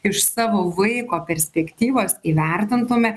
iš savo vaiko perspektyvos įvertintume